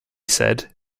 said